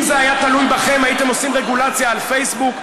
אם זה היה תלוי בכם הייתם עושים רגולציה על פייסבוק,